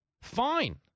Fine